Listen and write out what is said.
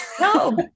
No